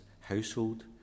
household